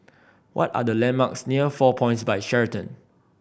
what are the landmarks near Four Points By Sheraton